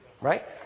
Right